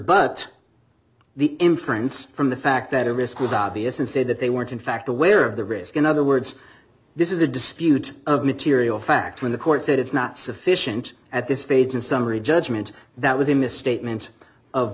inference from the fact that a risk was obvious and said that they weren't in fact aware of the risk in other words this is a dispute of material fact when the court said it's not sufficient at this stage in summary judgment that was a misstatement of